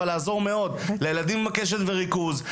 אבל לעזור מאוד לילדים עם קשב וריכוז,